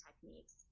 techniques